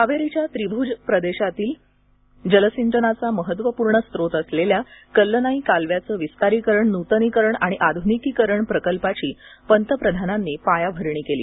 कावेरीच्या त्रिभुज प्रदेशातील जलसिंचनाचा महत्त्वपूर्ण स्रोत असलेल्या कल्लनाई कालव्याचं विस्तारीकरण नुतनीकरण आणि आधुनिकीकरण प्रकल्पाची पंतप्रधानांनी पायाभरणी केली